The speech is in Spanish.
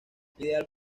ideal